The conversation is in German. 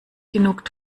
genug